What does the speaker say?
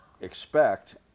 expect